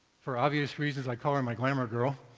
for obvious reasons, i call her my glamor girl.